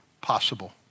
possible